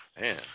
Man